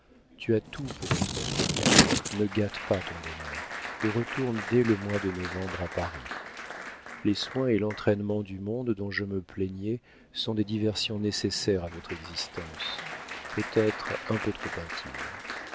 tu as tout pour être heureuse ne gâte pas ton bonheur et retourne dès le mois de novembre à paris les soins et l'entraînement du monde dont je me plaignais sont des diversions nécessaires à votre existence peut-être un peu trop intime